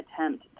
attempt